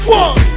one